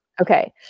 Okay